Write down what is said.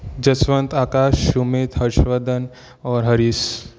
जशवंत आकाश सुमित हर्षवर्धन और हरीश